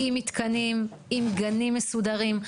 עם מתקנים, עם גנים מסודרים.